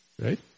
Right